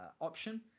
option